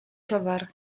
towar